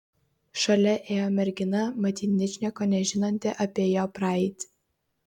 šalia ėjo mergina matyt ničnieko nežinanti apie jo praeitį